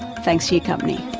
thanks for your company